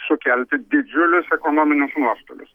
sukelti didžiulius ekonominius nuostolius